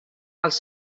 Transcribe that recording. els